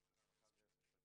חנוכה שמח.